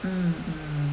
mm mm